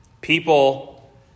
people